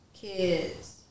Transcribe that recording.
kids